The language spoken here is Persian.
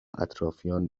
اطرافیان